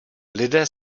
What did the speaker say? lidé